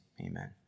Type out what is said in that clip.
amen